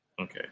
Okay